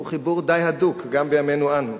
והוא חיבור די הדוק גם בימינו אנו,